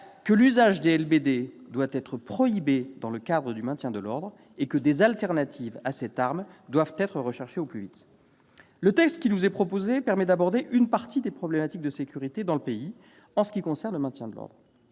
l'usage des LBD doit être prohibé dans le cadre du maintien de l'ordre et que des alternatives à cette arme doivent être recherchées au plus vite. Le texte qui nous est proposé permet d'aborder une partie des problématiques de sécurité dans le pays en ce qui concerne le maintien de l'ordre.